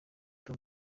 tom